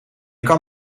kan